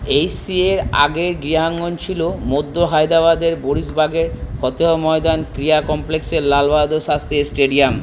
এইচসিএর আগের গৃহাঙ্গন ছিল মধ্য হায়দ্রাবাদের বশিরবাগে ফতেহ ময়দান ক্রীড়া কমপ্লেক্সের লাল বাহাদুর শাস্ত্রী স্টেডিয়াম